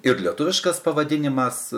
ir lietuviškas pavadinimas